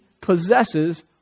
possesses